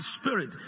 spirit